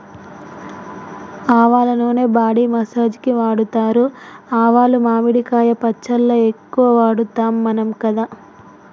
ఆవల నూనె body massage కి వాడుతారు ఆవాలు మామిడికాయ పచ్చళ్ళ ఎక్కువ వాడుతాం మనం కదా